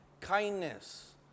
kindness